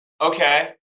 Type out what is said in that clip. Okay